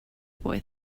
boy